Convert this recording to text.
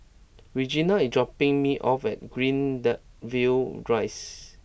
Regena is dropping me off at Greendale view Rise